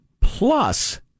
plus